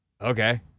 okay